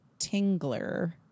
tingler